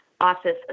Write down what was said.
office